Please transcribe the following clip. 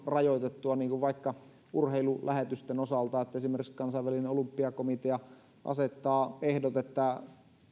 rajoitettua niin kuin vaikka urheilulähetysten osalta esimerkiksi kansainvälinen olympiakomitea asettaa ehdot että